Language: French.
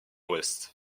ouest